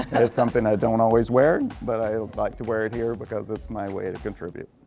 and it's something i don't always wear, but i like to wear it here because it's my way to contribute,